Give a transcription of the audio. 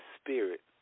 Spirit